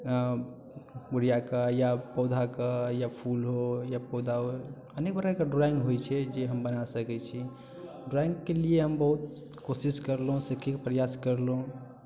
बुढ़िआके या पौधाके या फूल हो या पौधा हो अनेक प्रकारके ड्रॉइंग होइ छै जे हम बना सकै छी ड्रॉइंगके लिये हम बहुत कोशिश करलहुँ सिखियोके प्रयास करलहुँ